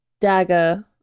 dagger